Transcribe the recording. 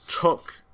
took